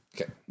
Okay